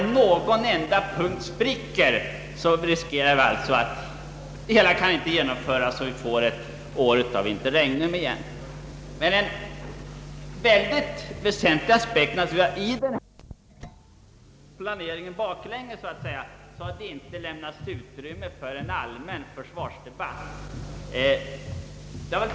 Om det spricker på en enda punkt kan det medföra risk för att det hela inte kan genomföras, och vi får då ett års interregnum igen. En mycket väsentlig aspekt i denna planering är att det tydligen — baklänges så att säga — inte lämnas utrymme för en allmän försvarsdebatt.